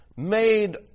made